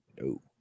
no